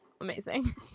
amazing